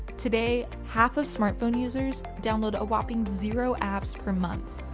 today, half of smartphone users download a whapping zero apps per month.